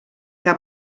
que